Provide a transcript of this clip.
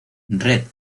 red